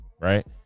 right